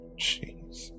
Jeez